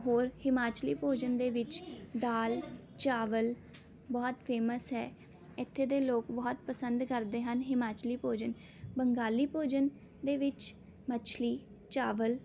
ਹੋਰ ਹਿਮਾਚਲੀ ਭੋਜਨ ਦੇ ਵਿੱਚ ਦਾਲ ਚਾਵਲ ਬਹੁਤ ਫ਼ੇਮਸ ਹੈ ਇੱਥੇ ਦੇ ਲੋਕ ਬਹੁਤ ਪਸੰਦ ਕਰਦੇ ਹਨ ਹਿਮਾਚਲੀ ਭੋਜਨ ਬੰਗਾਲੀ ਭੋਜਨ ਦੇ ਵਿੱਚ ਮਛਲੀ ਚਾਵਲ